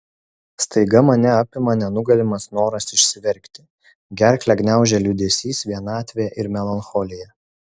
staiga mane apima nenugalimas noras išsiverkti gerklę gniaužia liūdesys vienatvė ir melancholija